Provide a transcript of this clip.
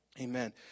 Amen